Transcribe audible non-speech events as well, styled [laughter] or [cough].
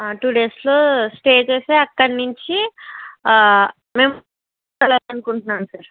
to డేస్లో stay చేసి అక్కడి నుంచి మేం [unintelligible] అనుకుంటున్నాం సార్